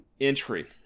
entry